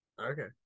Okay